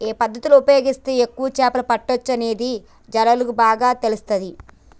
ఏ పద్దతి ఉపయోగిస్తే ఎక్కువ చేపలు పట్టొచ్చనేది జాలర్లకు బాగా తెలుస్తది